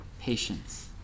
patience